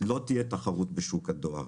לא תהיה תחרות בשוק הדואר.